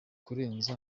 kurenza